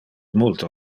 multo